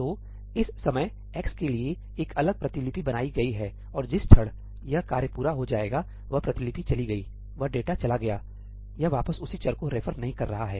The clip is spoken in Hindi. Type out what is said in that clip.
तो इस समय x के लिए एक अलग प्रतिलिपि बनाई गई है और जिस क्षण यह कार्य पूरा हो जाएगावह प्रतिलिपि चली गई है वह डेटा चला गया है यह वापस उसी चर को रेफर नहीं कर रहा है